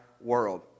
world